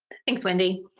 thanks, wendy.